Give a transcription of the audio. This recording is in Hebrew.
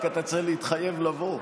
רק אתה צריך להתחייב לבוא.